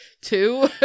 Two